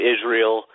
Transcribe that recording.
Israel